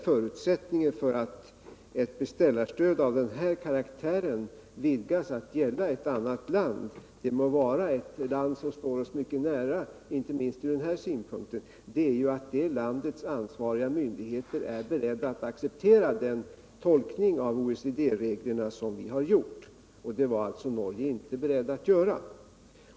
Förutsättningen för att ett beställarstöd av den här karaktären vidgas till att gälla ett annat land — det må vara ett land som står oss mycket nära, inte minst från den här synpunkten — är att det landets ansvariga myndigheter är beredda att acceptera den tolkning av OECD-reglerna som vi har gjort. Det var Norge inte berett att göra.